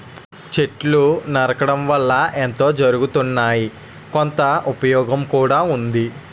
చెట్లు నరకడం వల్ల ఎంతో జరగుతున్నా, కొంత ఉపయోగం కూడా ఉంది